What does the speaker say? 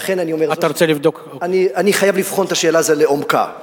אני חייב לבחון את השאלה הזאת לעומקה,